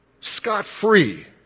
scot-free